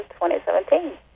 2017